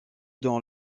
dans